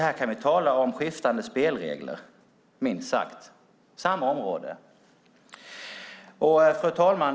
Här kan vi tala om skiftande spelregler för samma område, minst sagt. Fru talman!